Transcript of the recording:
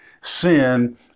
sin